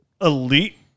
elite